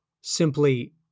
simply